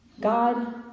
God